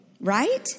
right